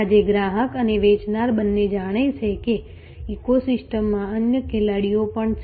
આજે ગ્રાહક અને વેચનાર બંને જાણે છે કે ઇકોસિસ્ટમમાં અન્ય ખેલાડીઓ પણ છે